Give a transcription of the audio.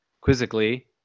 Quizzically